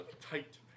tight